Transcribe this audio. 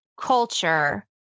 culture